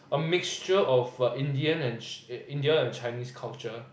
a mixture of Indian and Indian and Chinese culture